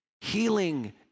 Healing